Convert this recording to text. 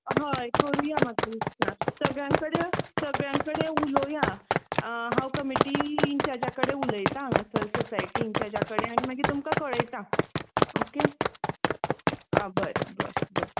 हय करूया म्हाका दिसता सगळ्यां कडेन सगळ्यां कडेन उलोवया हांव कमिटी इंचार्जा कडेन उलयता हांगासर सोसायटी इंचार्जा कडेन आनी मागीर तुमकां कळयतां ओके आ बरें बरें बरें